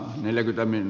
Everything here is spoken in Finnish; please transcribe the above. olisiko ollut